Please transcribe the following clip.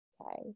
okay